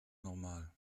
normal